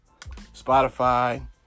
Spotify